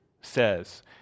says